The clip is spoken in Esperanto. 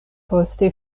poste